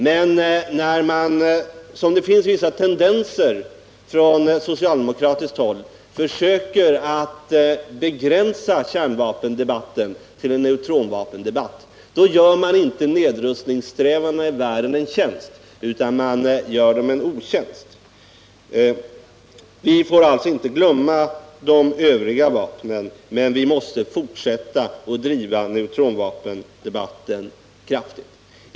Men när man — som det finns vissa tendenser till från socialdemokratiskt håll — försöker begränsa kärnvapendebatten till en neutronvapendebatt gör man inte nedrustningssträvandena i världen en tjänst utan man gör dem en otjänst. Vi får alltså inte glömma de övriga vapnen, men vi måste fortsätta att kraftigt driva neutronvapendebatten.